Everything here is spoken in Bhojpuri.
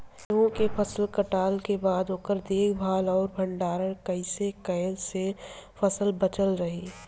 गेंहू के फसल कटला के बाद ओकर देखभाल आउर भंडारण कइसे कैला से फसल बाचल रही?